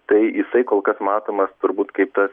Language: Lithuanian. tai jisai kol kas matomas turbūt kaip tas